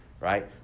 right